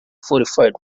fortified